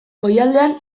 goialdean